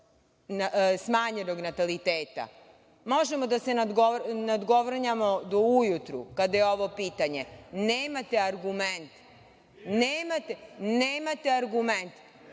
smanjenog nataliteta. Možemo da se nadgornjavamo do ujutru, kada je ovo pitanje. Nemate argument, nemate argument.